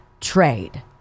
trade